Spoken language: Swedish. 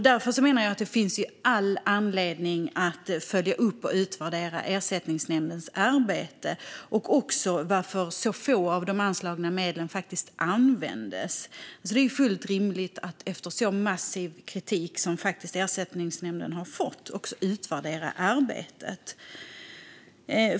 Därför menar jag att det finns all anledning att följa upp och utvärdera Ersättningsnämndens arbete och även varför så lite av de anslagna medlen faktiskt användes. Det är fullt rimligt att efter så massiv kritik som den som Ersättningsnämnden har fått också utvärdera arbetet.